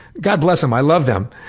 god bless them, i love them,